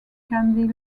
candy